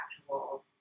actual